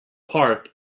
park